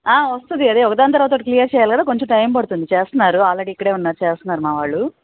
వస్తుంది అదే ఒకదాని తర్వాత ఒకటి క్లియర్ చేయాలి కదా కొంచెం టైమ్ పడుతుంది చేస్తున్నారు ఆల్రెడీ ఇక్కడే ఉన్నారు చేస్తున్నారు మా వాళ్ళు